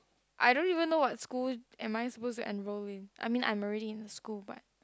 I don't even know what school am I supposed to enroll in I mean I'm already in a school but